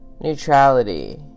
Neutrality